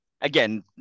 again